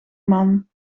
man